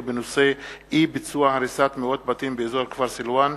בנושא: אי-ביצוע הריסת מאות בתים באזור כפר סילואן,